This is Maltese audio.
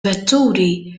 vetturi